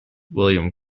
william